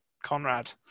conrad